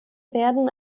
werden